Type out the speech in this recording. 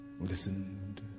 listened